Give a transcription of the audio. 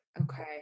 okay